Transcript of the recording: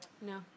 No